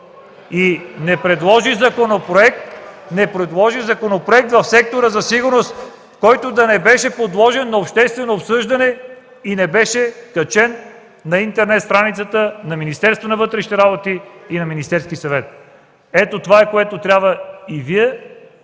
И не предложи законопроект в сектора за сигурност, който да не бъде подложен на обществено обсъждане и не беше качен на интернет страницата на Министерството на вътрешните работи и на Министерския съвет. Това е, което трябва и Вие